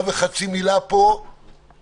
יש פה הרבה יושבי-ראש שלא רוצים לקדם משהו,